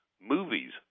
movies